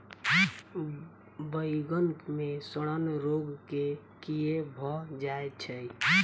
बइगन मे सड़न रोग केँ कीए भऽ जाय छै?